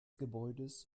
gebäudes